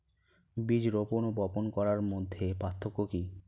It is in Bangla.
বীজ রোপন ও বপন করার মধ্যে পার্থক্য কি?